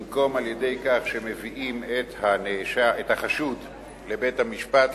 במקום על-ידי הבאת החשוד לבית-המשפט,